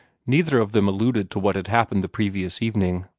neither of them alluded to what had happened the previous evening.